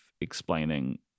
explaining